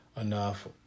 enough